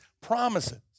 promises